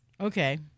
Okay